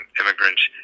immigrants